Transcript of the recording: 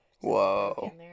Whoa